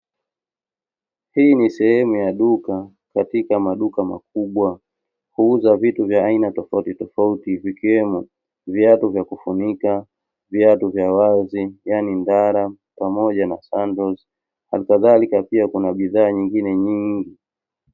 Hii ni sehemu ya duka katika maduka makubwa, huuza vitu vya aina tofauti tofauti vikiwemo viatu vya kufunika, viatu vya wazi yaani ndala, pamoja na sendo halikadhalika kuna bidhaa zingine nyingi.